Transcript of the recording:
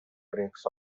breaks